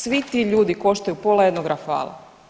Svi ti ljudi koštaju pola jednog Rafala.